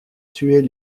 tuer